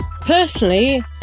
Personally